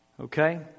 okay